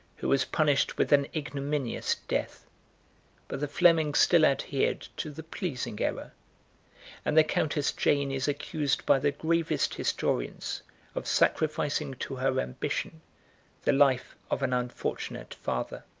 who was punished with an ignominious death but the flemings still adhered to the pleasing error and the countess jane is accused by the gravest historians of sacrificing to her ambition the life of an unfortunate father.